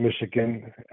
Michigan